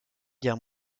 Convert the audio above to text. guerre